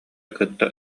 кытта